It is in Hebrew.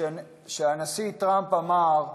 כשהנשיא טראמפ אמר: